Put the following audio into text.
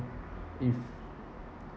if